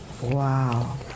Wow